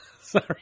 Sorry